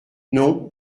non